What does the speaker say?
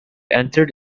entered